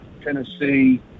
Tennessee